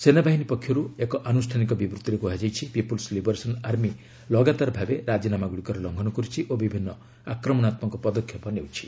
ସେନାବାହିନୀ ପକ୍ଷରୁ ଏକ ଆନୁଷ୍ଠାନିକ ବିବୃତ୍ତିରେ କୁହାଯାଇଛି ପିପୁଲ୍ୱ ଲିବରେସନ ଆର୍ମି ଲଗାତାର ଭାବେ ରାଜିନାମା ଗୁଡ଼ିକର ଲଙ୍ଘନ କରୁଛି ଓ ବିଭିନ୍ନ ଆକ୍ରମଣାତ୍ମକ ପଦକ୍ଷେପ ନେଉଛି